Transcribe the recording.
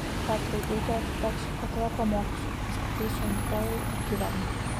petrui ūkė atiteks o tave pamokysiu pastatysiu ant kojų ir gyvenk